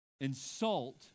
insult